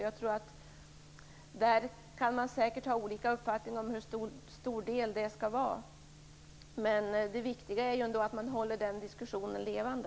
Jag tror säkert att man kan ha olika uppfattning om hur stor den delen skall vara, men det viktiga är att hålla den diskussionen levande.